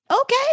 Okay